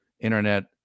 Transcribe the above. internet